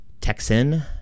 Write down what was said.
Texan